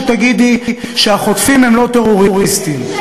שתגידי שהחוטפים הם לא טרוריסטים,